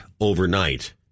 overnight